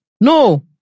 no